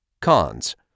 Cons